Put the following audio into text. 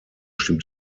stimmt